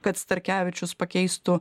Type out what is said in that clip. kad starkevičius pakeistų